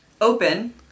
Open